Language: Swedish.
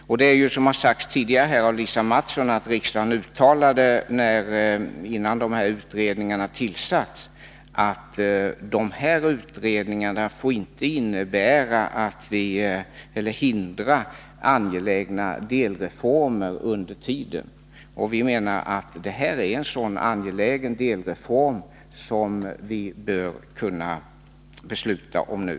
Som Lisa Mattson tidigare sagt uttalade riksdagen, innan dessa utredningar tillsattes, att utredningarna inte får hindra angelägna delreformer under tiden som utredningarna arbetar. Vi menar att det här är en sådan angelägen delreform, som riksdagen bör kunna besluta om nu.